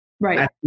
right